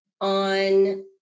on